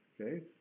Okay